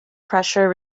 pressure